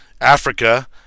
Africa